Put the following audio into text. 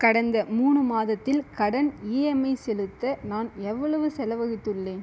கடந்த மூணு மாதத்தில் கடன் இஎம்ஐ செலுத்த நான் எவ்வளவு செலவழித்துள்ளேன்